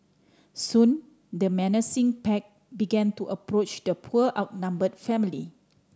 soon the menacing pack began to approach the poor outnumbered family